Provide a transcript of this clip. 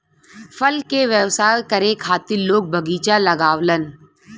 फल के व्यवसाय करे खातिर लोग बगीचा लगावलन